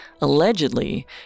Allegedly